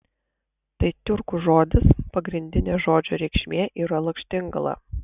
tai tiurkų žodis pagrindinė žodžio reikšmė yra lakštingala